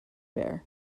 bear